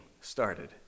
started